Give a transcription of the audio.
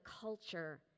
culture